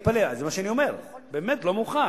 ואני מתפלא, זה מה שאני אומר, באמת לא מאוחר.